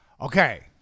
Okay